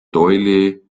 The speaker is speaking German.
doyle